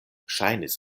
ŝajnis